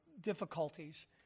difficulties